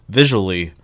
visually